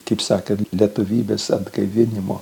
kaip sakant lietuvybės atgaivinimo